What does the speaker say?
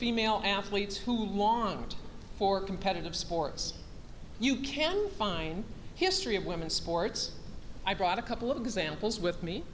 female athletes who want for competitive sports you can find history of women sports i brought a couple of examples with me